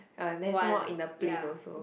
uh then some more in the plane also